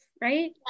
right